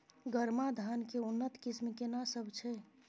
गरमा धान के उन्नत किस्म केना सब छै?